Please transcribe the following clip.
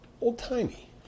Old-timey